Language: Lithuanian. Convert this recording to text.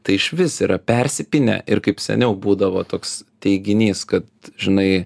tai išvis yra persipynę ir kaip seniau būdavo toks teiginys kad žinai